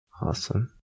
Awesome